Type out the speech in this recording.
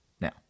now